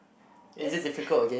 this